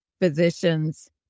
physicians